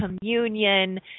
communion